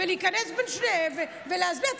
להיכנס בין שניהם ולהסביר.